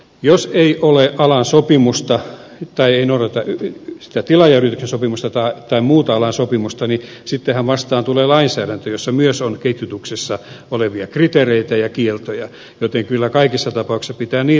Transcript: jos ei ole alan sopimusta tai ei noudateta sitä tilaajayrityksen sopimusta tai muuta alan sopimusta niin sittenhän vastaan tulee lainsäädäntö jossa myös on ketjutukseen liittyviä kriteereitä ja kieltoja joten kyllä kaikissa tapauksissa pitää niitä noudattaa